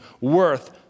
worth